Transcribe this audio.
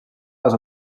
les